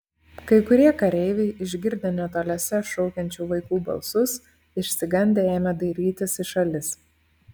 kai kurie kareiviai išgirdę netoliese šaukiančių vaikų balsus išsigandę ėmė dairytis į šalis